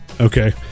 Okay